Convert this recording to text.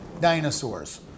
dinosaurs